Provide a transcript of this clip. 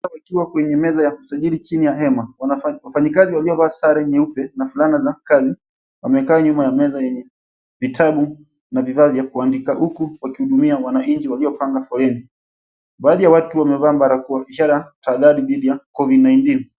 Wakiwa kwenye meza ya kusajili chini ya hema. Wafanyikazi waliovaa sare za rangi nyeupe na fulana za kawi wamekaa nyuma ya meza yenye vitabu na vifaa vya kuandika huku wakimhudumia wananchi waliopanga foleni. Baadhi ya watu barakoa ishara tahadhari dhidi ya COVID-19.